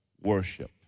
worship